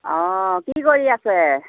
অঁ কি কৰি আছে